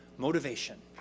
motivation,